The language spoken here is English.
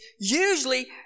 usually